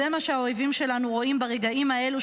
וזה מה שהאויבים שלנו רואים ברגעים האלו,